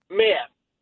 math